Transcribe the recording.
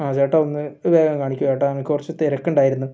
ആ ചേട്ടാ ഒന്ന് വേഗം കാണിക്ക് ചേട്ടാ എനിക്ക് കുറച്ച് തിരക്കുണ്ടായിരുന്നു